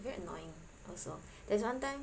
he very annoying also there's one time